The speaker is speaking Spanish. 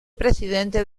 presidente